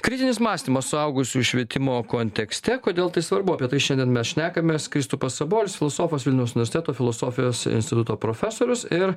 kritinis mąstymas suaugusių švietimo kontekste kodėl tai svarbu apie tai šiandien mes šnekamės kristupas sabolius filosofas vilniaus universiteto filosofijos instituto profesorius ir